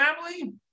family